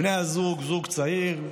בני הזוג, זוג צעיר,